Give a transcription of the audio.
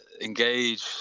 engage